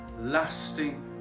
lasting